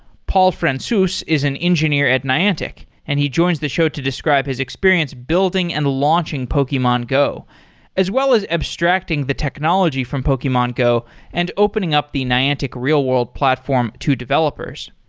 paul franceus is an engineer at niantic and he joins the show to describe his experience building and launching pokemon go as well as abstracting the technology from pokemon go and opening up the niantic real-world platform to developers.